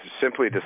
simply